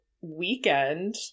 weekend